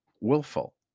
willful